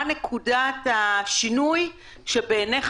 מהי נקודת השינוי שבעיניך,